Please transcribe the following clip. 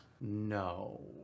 No